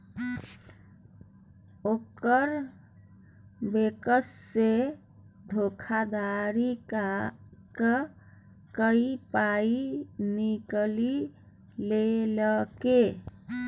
ओकर बैंकसँ धोखाधड़ी क कए पाय निकालि लेलकै